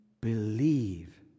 Believe